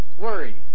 worry